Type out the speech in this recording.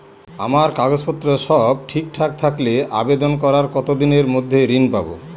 আমার কাগজ পত্র সব ঠিকঠাক থাকলে আবেদন করার কতদিনের মধ্যে ঋণ পাব?